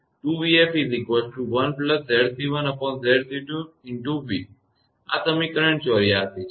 આ સમીકરણ 84 છે